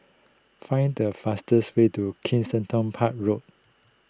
find the fastest way to Kensington Park Road